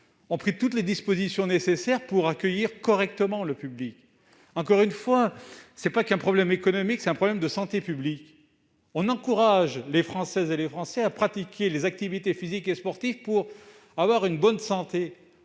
ont pris toutes les dispositions nécessaires pour accueillir correctement le public. Encore une fois, ce n'est pas qu'un problème économique ; c'est aussi un problème de santé publique. Les Français sont encouragés à pratiquer les activités physiques et sportives pour avoir une bonne santé